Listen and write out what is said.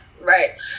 Right